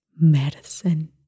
medicine